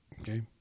Okay